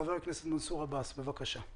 חבר הכנסת מנסור עבאס, בבקשה.